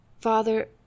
Father